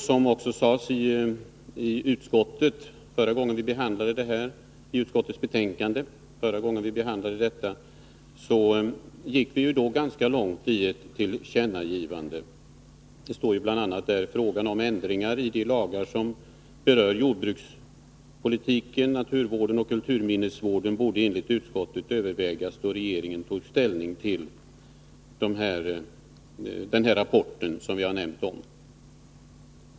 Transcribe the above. Som även sades i utskottets betänkande förra gången vi behandlade detta ämne, gick vi ganska långt i ett tillkännagivande. Där står bl.a. att frågan om ändringar i de lagar som berör jordbrukspolitiken, naturvården och kulturminnesvården borde enligt utskottet övervägas då regeringen tog ställning till den rapport som här har nämnts.